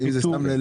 האם זה לאוכל?